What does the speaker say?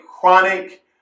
chronic